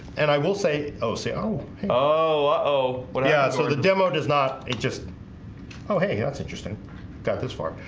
and i will say oh say oh oh but yeah, so the demo does not it. just oh hey yeah, that's interesting got this far.